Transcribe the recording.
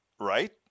right